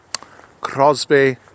Crosby